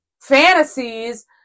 fantasies